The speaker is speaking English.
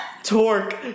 Torque